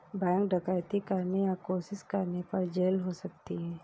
bank डकैती करने या कोशिश करने पर जेल हो सकती है